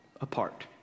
apart